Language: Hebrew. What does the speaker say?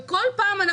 ובכל פעם,